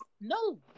No